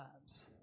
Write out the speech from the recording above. lives